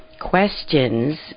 questions